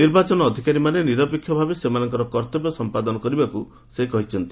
ନିର୍ବାଚନ ଅଧିକାରୀମାନେ ନିରପେକ୍ଷ ଭାବେ ସେମାନଙ୍କର କର୍ତ୍ତବ୍ୟ ସମ୍ପାଦନ କରିବାକୁ ସେ କହିଛନ୍ତି